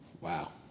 Wow